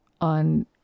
on